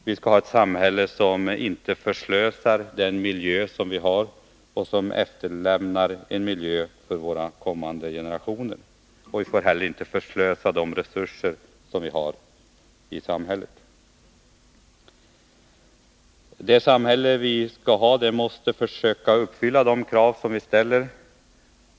Vi skall ha ett samhälle som inte förslösar den miljö vi har, ett samhälle som efterlämnar en miljö till våra kommande generationer. Vi får inte heller förslösa de resurser som finns i samhället. Det samhälle vi skall ha måste kunna uppfylla de krav som vi ställer.